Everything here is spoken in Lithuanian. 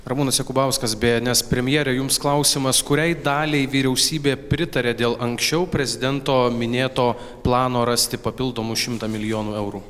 ramūnas jakubauskas bns premjere jums klausimas kuriai daliai vyriausybė pritarė dėl anksčiau prezidento minėto plano rasti papildomų šimtą milijonų eurų